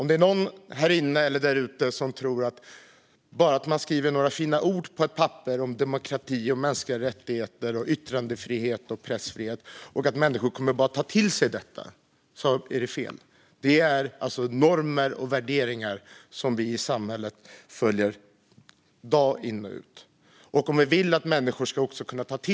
Det är fel att tro att bara för att man skriver några fina ord på ett papper om demokrati, mänskliga rättigheter, yttrandefrihet och pressfrihet kommer människor också att ta till sig detta. Det handlar om normer och värderingar som vi i samhället följer varje dag.